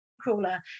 crawler